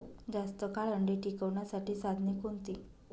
जास्त काळ अंडी टिकवण्यासाठी साधने कोणती?